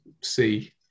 see